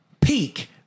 peak